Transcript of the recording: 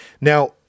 Now